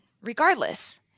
regardless